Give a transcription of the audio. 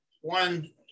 one